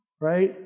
right